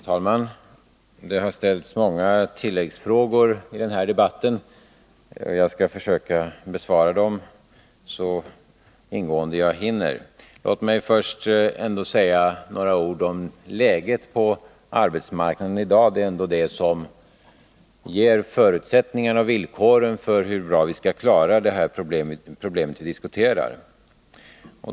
Herr talman! Det har ställts många tilläggsfrågor i denna debatt. Jag skall försöka besvara dem så ingående jag hinner. Låt mig först säga några ord om läget på arbetsmarknaden i dag. Det är ändå det som ger förutsättningarna och villkoren för hur bra vi skall klara det problem vi diskuterar.